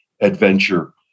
adventure